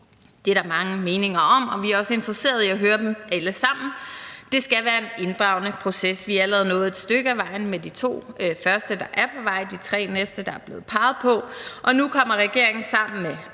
Det er der mange meninger om, og vi er også interesserede i at høre dem alle sammen. Det skal være en inddragende proces. Vi er allerede nået et stykke ad vejen med de to første, der er på vej, og de tre næste, der er blevet peget på, og nu kommer regeringen sammen med